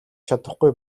чадахгүй